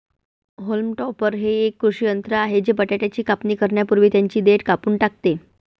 haulm topper हे एक कृषी यंत्र आहे जे बटाट्याची कापणी करण्यापूर्वी त्यांची देठ कापून टाकते